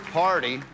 party